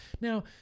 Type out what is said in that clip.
now